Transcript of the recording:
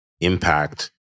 impact